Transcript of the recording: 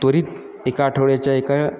त्वरित एका आठवड्याच्या एका